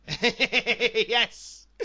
Yes